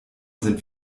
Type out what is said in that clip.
sind